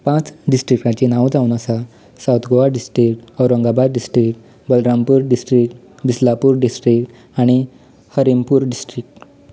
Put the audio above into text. पांच डिस्ट्रीक्ट्सांची नांवां जावन आसात south Goa district Aurangabad district Balrampur district Bisalapur district आनी हरिमपूर डिस्ट्रीक्ट